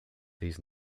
these